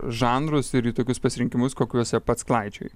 žanrus ir į tokius pasirinkimus kokiuose pats klaidžioji